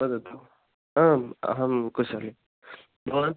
वदतु आम् अहं कुशलः भवान्